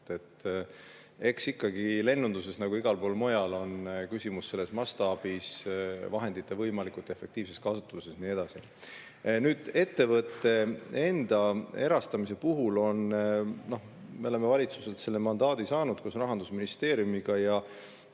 Eks lennunduses on nagu igal pool mujal küsimus ikkagi mastaabis, vahendite võimalikult efektiivses kasutuses ja nii edasi. Ettevõtte enda erastamise puhul me oleme valitsuselt selle mandaadi saanud koos Rahandusministeeriumiga ja